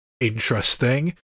interesting